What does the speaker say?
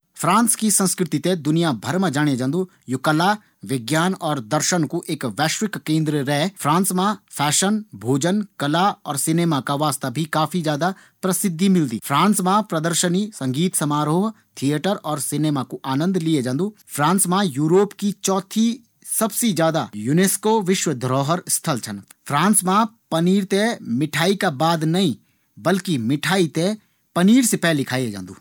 फ़्रांस की संस्कृति थें दुनियाभर मा जाणे जांदू। यू कला, विज्ञान और दर्शन कू एक वैश्विक केंद्र रै। फ़्रांस मा साशन, भोजन, कला और सिनेमा का वास्ता भी काफ़ी ज्यादा प्रसिद्धि मिलदी। फ़्रांस मा प्रदर्शनी, संगीत समारोह, थिएटर और सिनेमा कू आनंद लिए जांदू। फ्रांस मा यूरोप की चौथी सबसे ज्यादा युनेस्को विश्व धरोहर स्थल छन। फ़्रांस मा पनीर थें मिठाई का बाद नहीं बल्कि मिठाई थें पनीर से पैली खायी जांदू।